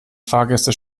fahrgäste